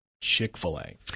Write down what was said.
Chick-fil-A